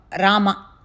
Rama